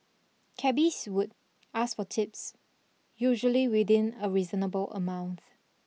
cabbies would ask for tips usually within a reasonable amount